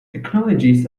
technologies